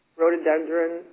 rhododendron